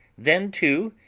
then, too,